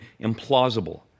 implausible